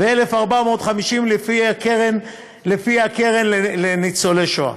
ו-1,450 לפי הקרן לניצולי שואה.